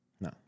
No